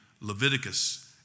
Leviticus